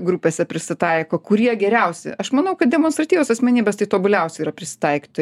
grupėse prisitaiko kurie geriausi aš manau kad demonstratyvios asmenybės tai tobuliausia yra prisitaikyti